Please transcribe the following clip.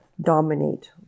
dominate